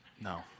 No